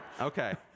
Okay